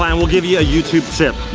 um we'll give you a youtube tip.